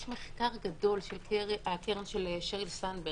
יש מחקר גדול של הקרן של שריל סנדברג,